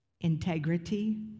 integrity